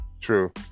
True